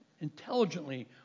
intelligently